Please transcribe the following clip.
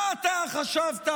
מה אתה חשבת,